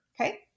okay